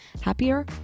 happier